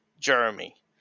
Jeremy